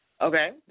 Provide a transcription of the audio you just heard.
Okay